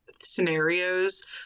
Scenarios